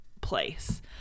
place